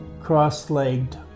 cross-legged